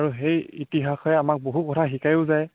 আৰু সেই ইতিহাসে আমাক বহু কথা শিকায়ো যায়